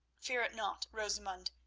fear it not, rosamund.